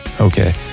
Okay